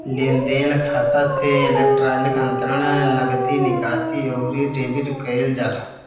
लेनदेन खाता से इलेक्ट्रोनिक अंतरण, नगदी निकासी, अउरी डेबिट कईल जाला